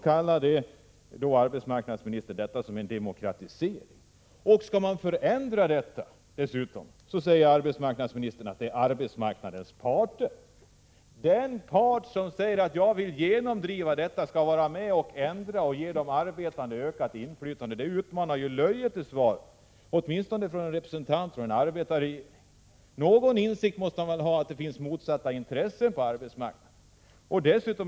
Men arbetsmarknadsministern kallar detta en demokratisering. Att förändra dessa förhållanden menar arbetsmarknadsministern är en uppgift för arbetsmarknadens parter. Arbetsmarknadsministern menar att den part som vill att detta genomdrivs skall vara med om att ge de arbetande ökat inflytande. Detta svar utmanar ju löjet åtminstone när det kommer från en representant för en arbetarregering. Någon insikt måste man ha om att det finns motsatta intressen på arbetsmarknaden.